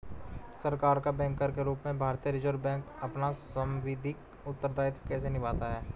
सरकार का बैंकर के रूप में भारतीय रिज़र्व बैंक अपना सांविधिक उत्तरदायित्व कैसे निभाता है?